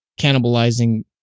cannibalizing